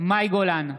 מאי גולן,